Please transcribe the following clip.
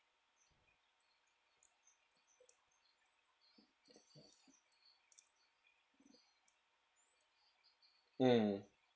mm